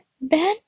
Ben